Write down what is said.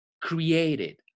created